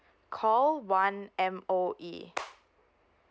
call one M_O_E